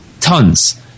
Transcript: Tons